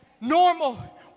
Normal